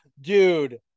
dude